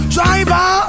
Driver